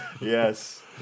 Yes